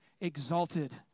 exalted